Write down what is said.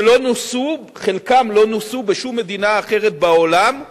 שלא נוסו, חלקם לא נוסו, בשום מדינה אחרת בעולם,